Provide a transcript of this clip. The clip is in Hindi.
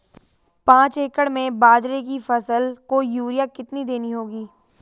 पांच एकड़ में बाजरे की फसल को यूरिया कितनी देनी होगी?